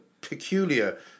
peculiar